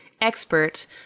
expert